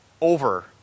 Over